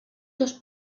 dos